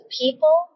people